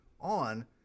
on